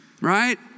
right